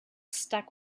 stuck